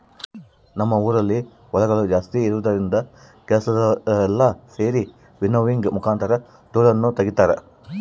ನಮ್ಮ ಊರಿನಲ್ಲಿ ಹೊಲಗಳು ಜಾಸ್ತಿ ಇರುವುದರಿಂದ ಕೆಲಸದವರೆಲ್ಲ ಸೆರಿ ವಿನ್ನೋವಿಂಗ್ ಮುಖಾಂತರ ಧೂಳನ್ನು ತಗಿತಾರ